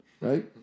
Right